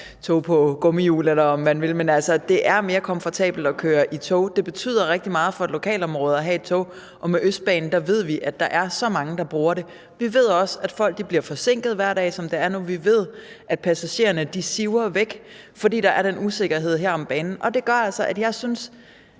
det er mere komfortabelt at køre i tog. Det betyder rigtig meget for et lokalområde at have et tog, og med Østbanen ved vi, at der er så mange, der bruger det. Vi ved også, at folk bliver forsinket hver dag, som det er nu. Vi ved, at passagererne siver væk, fordi der er den usikkerhed her om banen. Det gør altså, at jeg synes,